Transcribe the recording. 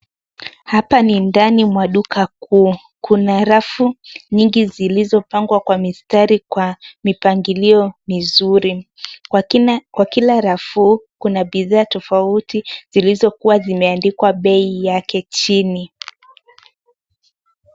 Hapa ni ndani mwa duka kuu. Kuna rafu nyingi zilizopangwa kwa mistari kwa mipangilio mizuri. Kwa kila rafu kuna bidhaa tofauti zilizokuwa zimeandikwa bei yake chini.